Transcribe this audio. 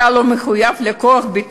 אתה לא מחויב לכוחות הביטחון?